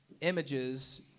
images